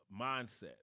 mindset